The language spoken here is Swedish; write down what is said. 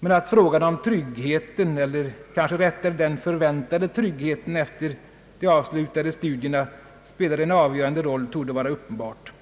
men: att frågan om tryggheten eller kanske rättare den förväntade tryggheten efter de avslutade studierna spelar en avgörande roll torde vara uppenbart.